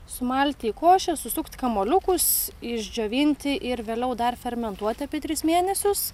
sumalti į košę susukt kamuoliukus išdžiovinti ir vėliau dar fermentuot apie tris mėnesius